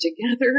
together